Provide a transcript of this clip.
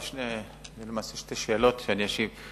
אלה למעשה שתי שאלות, ואשיב עליהן.